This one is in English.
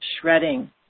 shredding